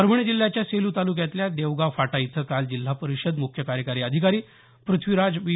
परभणी जिल्ह्याच्या सेलू तालुक्यातल्या देवगाव फाटा इथं काल जिल्हा परिषदेचे मुख्य कार्यकारी अधिकारी पृथ्वीराज बी